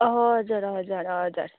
हजुर हजुर हजुर